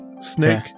Snake